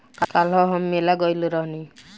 काल्ह हम मेला में गइल रहनी